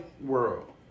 world